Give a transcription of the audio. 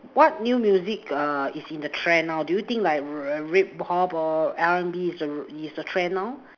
what new music uh is in the trend now do you think r~ hip hop or R_N_B is a is a trend now